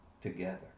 together